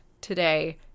today